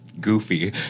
goofy